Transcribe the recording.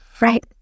Right